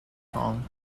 song